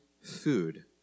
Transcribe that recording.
food